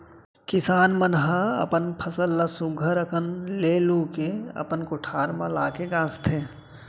किसान मन ह अपन फसल ल सुग्घर अकन ले लू के अपन कोठार म लाके गांजथें